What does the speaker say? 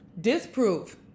disprove